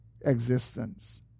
existence